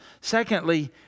Secondly